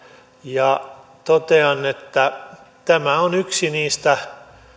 ja totean että tämä on yksi niistä